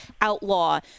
outlaw